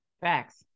Facts